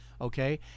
Okay